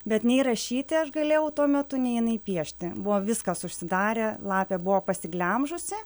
bet nei rašyti aš galėjau tuo metu nei inai piešti buvo viskas užsidarę lapė buvo pasiglemžusi